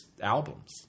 albums